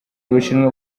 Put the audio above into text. abashinwa